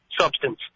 substance